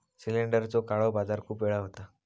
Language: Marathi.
सिलेंडरचो काळो बाजार खूप वेळा होता